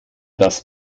das